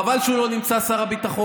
חבל שהוא לא נמצא, שר הביטחון.